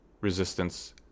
resistance